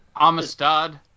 Amistad